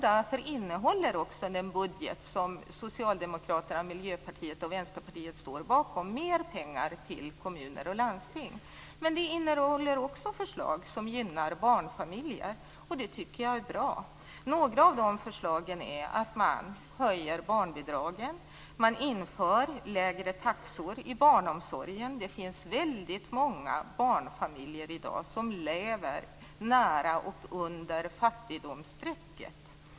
Därför innehåller också den budget som Socialdemokraterna, Miljöpartiet och Vänsterpartiet står bakom mer pengar till kommuner och landsting. Budgeten innehåller också förslag som gynnar barnfamiljer. Jag tycker att det är bra. Några av de förslagen är att höja barnbidragen och att införa lägre taxor i barnomsorgen. Det finns väldigt många barnfamiljer som i dag lever nära och under fattigdomsstrecket.